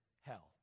hell